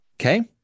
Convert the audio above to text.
Okay